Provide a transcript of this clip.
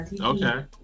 Okay